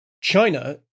China